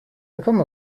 become